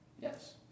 Yes